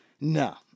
no